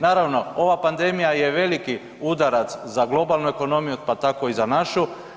Naravno, ova pandemija je veliki udarac za globalnu ekonomiju, pa tako i za našu.